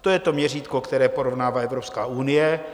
To je to měřítko, které porovnává Evropská unie.